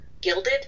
gilded